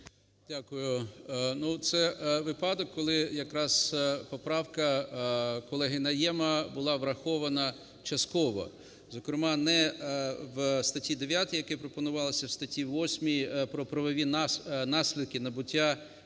Дякую. Ну, це випадок, коли якраз поправка колегиНайєма була врахована частково. Зокрема не в статті 9, як пропонувалось, а в статті 8 про правові наслідки набуття